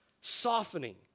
softening